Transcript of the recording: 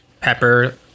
pepper